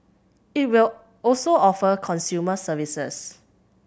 it will also offer consumer services